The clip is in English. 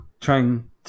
trying